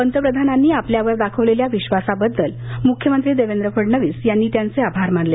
पंतप्रधानांनी आपल्यावर दाखवलेल्या विश्वासाबद्दल मुख्यमंत्री देवेंद्र फडणविस यांनी त्यांचे आभार मानले